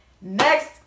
next